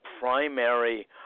primary